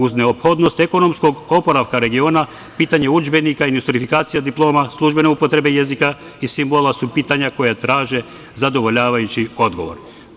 Uz neophodnost ekonomskog oporavka regiona, pitanje udžbenika i nostrifikacije diploma, službene upotrebe jezika i simbola, su pitanja koja traže zadovoljavajući odgovor.